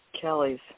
Kelly's